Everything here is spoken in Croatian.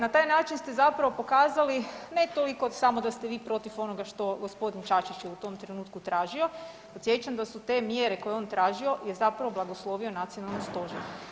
Na taj način ste zapravo pokazali ne toliko samo da ste vi protiv onoga što gospodin Čačić je u tom trenutku tražio, podsjećam da su te mjere koje je on tražio je zapravo blagoslovio nacionalni stožer.